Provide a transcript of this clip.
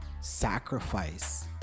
sacrifice